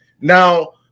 Now